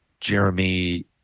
Jeremy